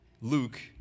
Luke